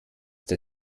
der